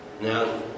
Now